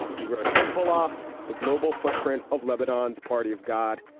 he wrote hezbollah the global footprint of lebanon's party of god.